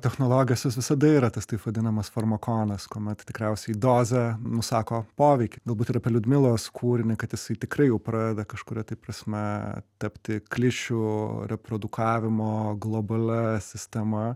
technologijos jos visada yra tas taip vadinamas formakonas kuomet tikriausiai dozė nusako poveikį galbūt ir apie liudmilos kūrinį kad jisai tikrai jau pradeda kažkuria prasme tapti klišių reprodukavimo globalia sistema